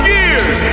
years